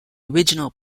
original